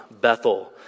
Bethel